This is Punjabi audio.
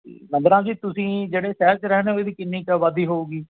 ਨੰਦ ਰਾਮ ਜੀ ਤੁਸੀਂ ਜਿਹੜੇ ਸ਼ਹਿਰ 'ਚ ਰਹਿੰਦੇ ਹੋ ਇਹ ਦੀ ਕਿੰਨੀ ਕੁ ਆਬਾਦੀ ਹੋਊਗੀ